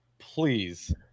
Please